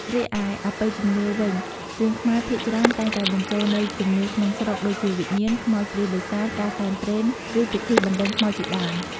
រីឯអបិយជំនឿវិញរឿងខ្មែរភាគច្រើនតែងតែបញ្ចូលនូវជំនឿក្នុងស្រុក ដូចជាវិញ្ញាណ ខ្មោចព្រាយបិសាច ការសែនព្រេន ឬពិធីបណ្ដេញខ្មោចជាដើម ។